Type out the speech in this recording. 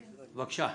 בבקשה.